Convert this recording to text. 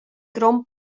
grond